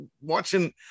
watching